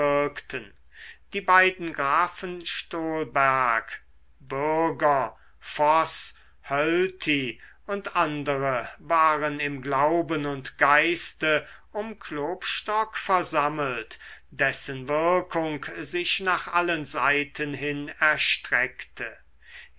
die beiden grafen stolberg bürger voß hölty und andere waren im glauben und geiste um klopstock versammelt dessen wirkung sich nach allen seiten hin erstreckte